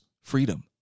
freedom